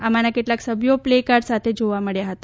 આમાંના કેટલાક સભ્યો પ્લેકાર્ડ સાથે જોવા મળ્યા હતા